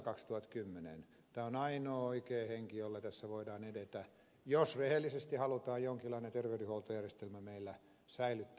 tämä on ainoa oikea henki jolla tässä voidaan edetä jos rehellisesti halutaan jonkinlainen terveydenhuoltojärjestelmä meillä säilyttää